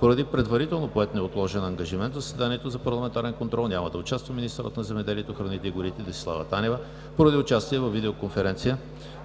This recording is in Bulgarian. Поради предварително поет неотложен ангажимент в заседанието за парламентарен контрол няма да участва министърът на земеделието, храните и горите Десислава Танева. Поради участие във видеоконференция